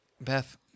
Beth